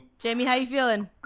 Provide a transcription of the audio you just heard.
jamie, how you feeling?